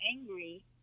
angry